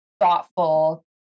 thoughtful